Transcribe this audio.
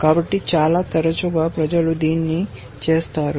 కాబట్టి చాలా తరచుగా ప్రజలు దీన్ని చేస్తారు